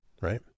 right